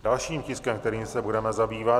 Dalším tiskem, kterým se budeme zabývat, je